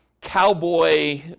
cowboy